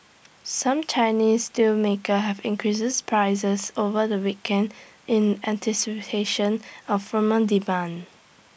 some Chinese steelmakers have increased prices over the weekend in anticipation of firmer demand